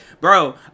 bro